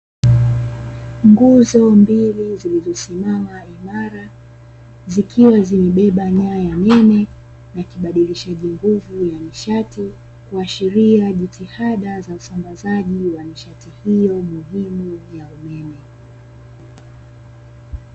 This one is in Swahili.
Nguzo mbili zilizosimama imara zikiwa zimebeba nyaya nene na kibadirishaji nguvu cha nishati, kuashiria jitihada za usambazaji wa nishati hii muhimu ya umeme.